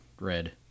red